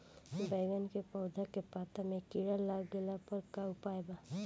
बैगन के पौधा के पत्ता मे कीड़ा लाग गैला पर का उपाय बा?